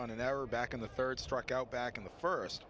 on an hour back in the third strike out back in the first